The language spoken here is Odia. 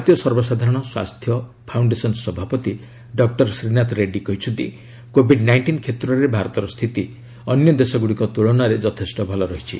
ଭାରତୀୟ ସର୍ବସାଧାରଣ ସ୍ୱାସ୍ଥ୍ୟ ଫାଉଶ୍ଡେସନ ସଭାପତି ଡକ୍ଟର ଶ୍ରୀନାଥ ରେଡ୍ଡି କହିଛନ୍ତି କୋଭିଡ ନାଇଷ୍ଟିନ୍ କ୍ଷେତ୍ରରେ ଭାରତର ସ୍ଥିତି ଅନ୍ୟ ଦେଶଗୁଡ଼ିକ ତୁଳନାରେ ଯଥେଷ୍ଟ ଭଲ ରହିଛି